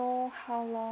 know how long